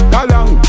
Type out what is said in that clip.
Galang